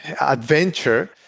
adventure